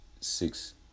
Six